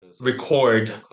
record